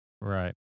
Right